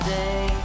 day